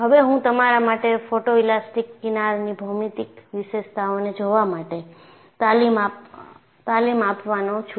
હવે હું તમારા માટે ફોટોઇલાસ્ટિક કિનારની ભૌમિતિક વિશેષતાઓને જોવા માટે તાલીમ આપવાનો છું